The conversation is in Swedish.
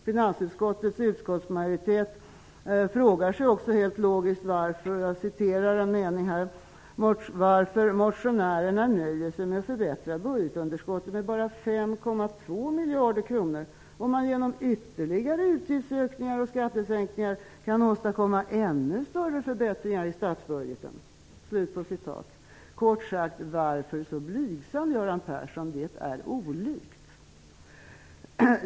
Finansutskottets majoritet frågar sig också helt logiskt varför ''motionärerna nöjer sig med att förbättra budgetunderskottet med endast 5,2 miljarder om man genom ytterligare utgiftsökningar och skattesänkningar kan åstadkomma ännu större förbättringar i statsbudgeten.'' Kort sagt: Varför så blygsam, Göran Persson?